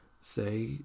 say